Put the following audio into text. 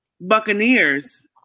Buccaneers